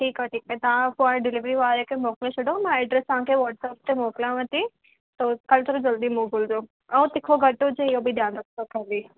ठीकु आहे ठीकु आहे तव्हां पोइ हाणे डिलीवरी वारे खे मोकिले छॾो मां एड्रेस तव्हांखे व्हाटसअप ते मोकिलियांव थी त खनि थोरो जल्दी मोकिलिजो ऐं तिखो घटि हुजे इहो बि ध्यान रखो खाली